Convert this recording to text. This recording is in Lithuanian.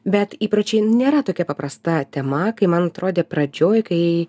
bet įpročiai nėra tokia paprasta tema kai man atrodė pradžioj kai